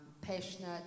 passionate